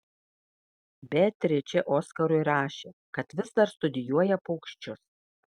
beatričė oskarui rašė kad vis dar studijuoja paukščius